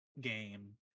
game